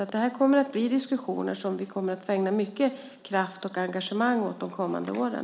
Det kommer alltså att bli diskussioner om det här, och vi kommer att få ägna mycket kraft och engagemang åt dem de kommande åren.